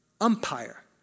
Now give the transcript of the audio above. umpire